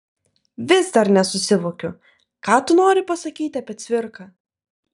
vis dar nesusivokiu ką tu nori pasakyti apie cvirką